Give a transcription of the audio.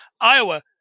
Iowa